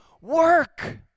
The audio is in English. work